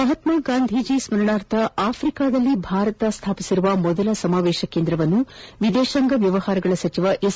ಮಹಾತ್ಮ ಗಾಂಧೀಜಿ ಸ್ಕರಣಾರ್ಥ ಆಫ್ರಿಕಾದಲ್ಲಿ ಭಾರತ ಸ್ಥಾಪಿಸಿರುವ ಮೊದಲ ಸಮಾವೇಶ ಕೇಂದ್ರವನ್ನು ವಿದೇಶಾಂಗ ವ್ಯವಹಾರಗಳ ಸಚಿವ ಎಸ್